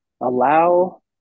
Allow